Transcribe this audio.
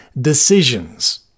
decisions